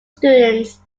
students